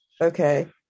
Okay